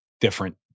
different